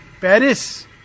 Paris